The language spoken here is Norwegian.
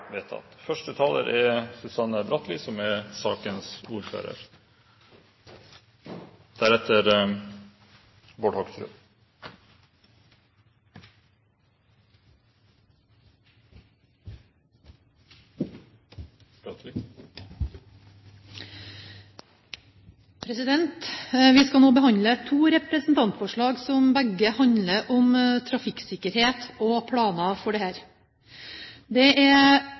vedtatt. Vi skal nå behandle to representantforslag som begge handler om trafikksikkerhet og planer for den. Det er